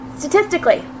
statistically